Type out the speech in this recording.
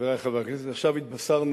חברי חברי הכנסת, עכשיו התבשרנו,